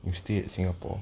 you stay at singapore